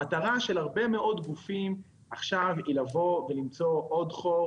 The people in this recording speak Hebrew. המטרה של הרבה מאוד גופים היא לבוא ולמצוא עוד חור